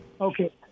Okay